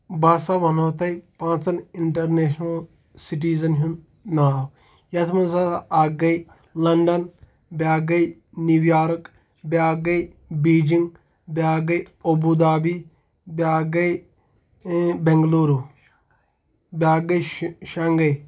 بہٕ ہَسا وَنو تۄہہِ پانٛژَن اِنٹَرنیشنَل سِٹیٖزَن ہُنٛد ناو یَتھ منٛز ہَسا اَکھ گٔے لنڈَن بیٛاکھ گٔے نِو یارٕک بیٛاکھ گٔے بیٖجِنٛگ بیٛاکھ گٔے اَبوٗدھابی بیٛاکھ گٔے بٮ۪نٛگلوروٗ بیٛاکھ گٔے شہِ شانٛگھَے